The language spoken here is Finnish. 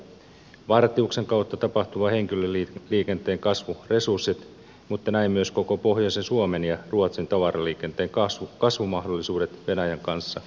huomiotta ovat jääneet vartiuksen kautta tapahtuvan henkilöliikenteen kasvuresurssit mutta näin myös vartiuksen kautta tapahtuvan koko pohjoisen suomen ja ruotsin tavaraliikenteen kasvumahdollisuudet venäjän kanssa